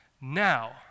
now